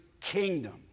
kingdom